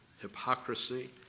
hypocrisy